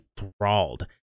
enthralled